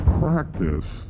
practice